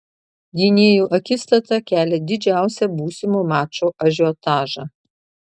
gynėjų akistata kelia didžiausią būsimo mačo ažiotažą